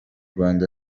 rwanda